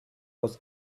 was